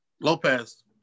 Lopez